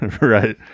right